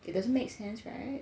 it doesn't make sense right